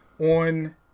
on